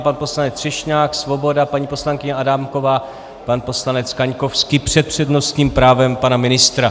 Pan poslanec Třešňák, Svoboda, paní poslankyně Adámková, pan poslanec Kaňkovský před přednostním právem pana ministra.